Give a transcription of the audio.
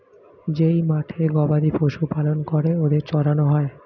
যেই মাঠে গবাদি পশু পালন করে ওদের চড়ানো হয়